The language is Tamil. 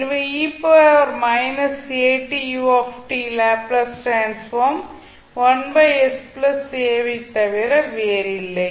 எனவே ன் லாப்ளேஸ் டிரான்ஸ்ஃபார்ம் ஐத் தவிர வேறில்லை